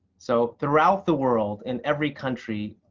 so throughout the world in every country,